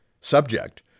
subject